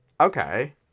okay